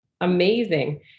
amazing